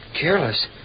Careless